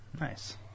Nice